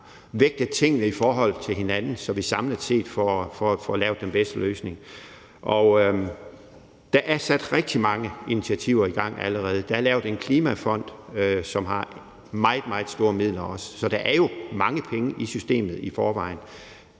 vægtet tingene i forhold til hinanden, så vi samlet set får lavet den bedste løsning. Og der er sat rigtig mange initiativer i gang allerede. Der er lavet en klimafond, som også har meget, meget store midler, så der er jo mange penge i systemet i forvejen.